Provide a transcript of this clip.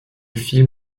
film